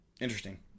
Interesting